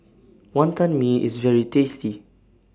Wantan Mee IS very tasty